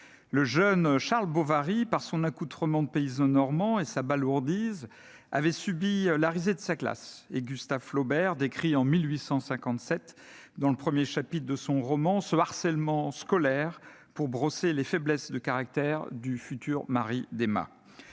le jeune Charles Bovary, par son accoutrement de paysan normand et sa balourdise, avait subi la risée de sa classe. En 1857, Gustave Flaubert décrit ce harcèlement scolaire dans le premier chapitre de son roman pour brosser les faiblesses de caractère du futur mari d'Emma.